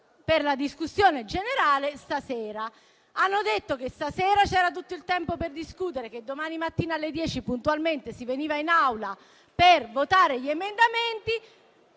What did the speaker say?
per la discussione generale. Hanno detto che stasera c'era tutto il tempo per discutere, che domani mattina alle ore 10 puntualmente si sarebbe venuti in Aula per votare gli emendamenti,